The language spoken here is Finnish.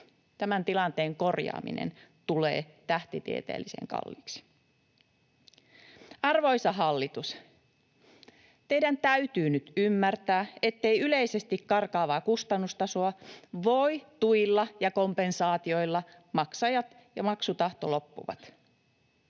Tämän tilanteen korjaaminen tulee tähtitieteellisen kalliiksi. Arvoisa hallitus, teidän täytyy nyt ymmärtää, ettei yleisesti karkaavaa kustannustasoa voi tuilla ja kompensaatioilla — maksajat ja maksutahto loppuvat.